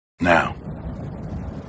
Now